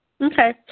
Okay